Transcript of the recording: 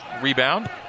Rebound